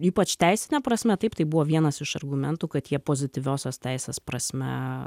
ypač teisine prasme taip tai buvo vienas iš argumentų kad jie pozityviosios teisės prasme